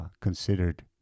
considered